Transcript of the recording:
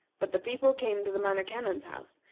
but the people came to the minor canon's house,